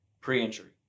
pre-injury